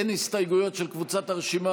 אין הסתייגויות של קבוצת הרשימה